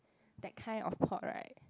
that kind of pot right